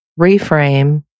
reframe